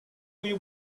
you